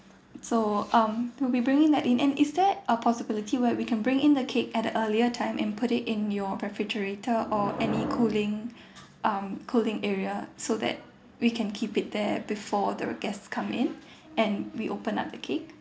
so um we'll be bringing that in and is there uh possibility where we can bring in the cake at the earlier time and put it in your refrigerator or any cooling um cooling area so that we can keep it there before the guest come in and we open up the cake